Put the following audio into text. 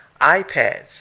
iPads